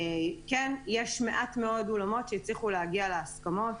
כן, יש מעט מאוד אולמות שהצליחו להגיע להסכמות.